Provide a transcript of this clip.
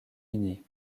uni